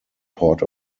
port